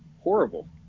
horrible